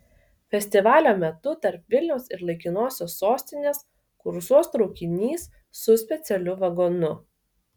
festivalio metu tarp vilniaus ir laikinosios sostinės kursuos traukinys su specialiu vagonu